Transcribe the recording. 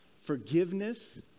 forgiveness